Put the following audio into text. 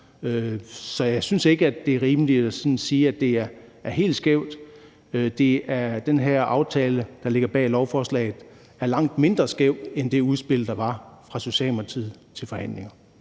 Så jeg synes ikke, det er rimeligt at sige, at det er helt skævt. Den her aftale, der ligger bag lovforslaget, er langt mindre skæv end det udspil, der var fra Socialdemokratiet til forhandlingerne.